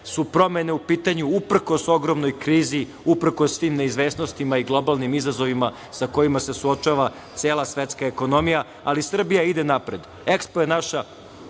su promene u pitanju uprkos ogromnoj krizi, uprkos svim neizvesnostima i globalnim izazovima sa kojima se suočava cela svetska ekonomija, ali Srbija ide napred, EKSPO je naša